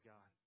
God